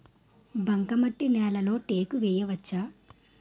బంకమట్టి నేలలో టేకు వేయవచ్చా?